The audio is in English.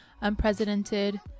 unprecedented